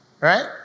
right